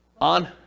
On